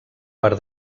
per